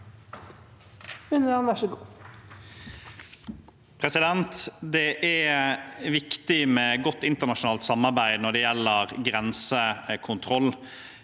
Det er vik- tig med godt internasjonalt samarbeid når det gjelder grensekontroll.